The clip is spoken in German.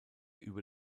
über